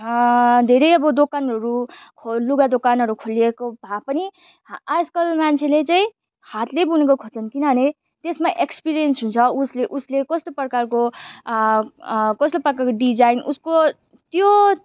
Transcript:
धेरै अब दोकानहरू खो लुगा दोकानहरू खोलिएको भए पनि आजकल मान्छेले चाहिँ हातले बुनेको खोज्छन् किनभने त्यसमा एक्सपिरियन्स हुन्छ उसले उसले कस्तो प्रकारको कस्तो प्रकारको डिजाइन उसको त्यो